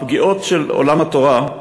הפגיעות בעולם התורה,